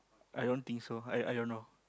i don't think so I don't know